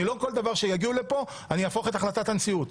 לא כל דבר שיגיע לפה, אהפוך את החלטת הנשיאות.